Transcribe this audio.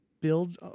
build